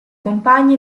compagni